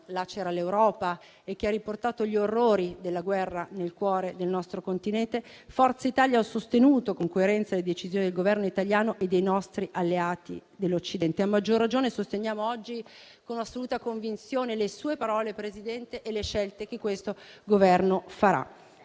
lacera l'Europa e ha riportato gli orrori della guerra nel cuore del nostro Continente, Forza Italia ha sostenuto con coerenza le decisioni del Governo italiano e dei nostri alleati dell'Occidente. A maggior ragione, sosteniamo oggi con assoluta convinzione le sue parole, Presidente, e le scelte che questo Governo farà.